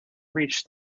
reached